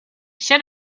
should